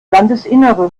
landesinnere